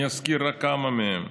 אני אזכיר רק כמה מהם: